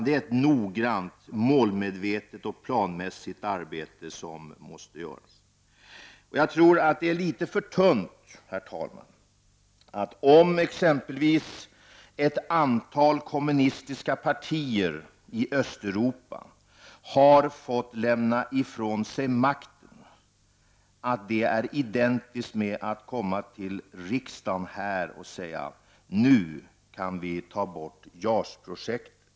Det är ett noggrant, målmedvetet och planmässigt arbete som måste utföras. Jag tror att det är litet för tunt, herr talman, att med utgångspunkt i att ett antal kommunistiska partier i Östeuropa har fått lämna ifrån sig makten göra den tolkningen att man då kan komma till riksdagen i Sverige och säga att vi nu kan avveckla JAS-projektet.